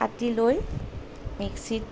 কাটি লৈ মিক্সিত